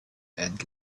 and